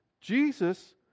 Jesus